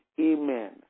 Amen